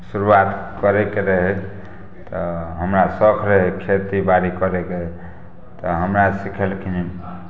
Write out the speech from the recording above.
शुरुआत करयके रहय तऽ हमरा शौख रहय खेती बारी करयके तऽ हमरा सिखेलखिन